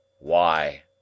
Why